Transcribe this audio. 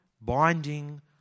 binding